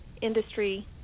industry